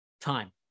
time